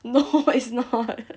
no is not